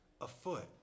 afoot